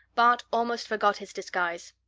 bart almost forgot his disguise.